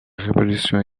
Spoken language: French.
révolution